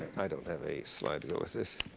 i don't have a slide